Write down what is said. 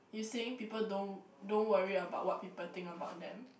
you saying people don't don't worry about what people think about them